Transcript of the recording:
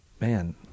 man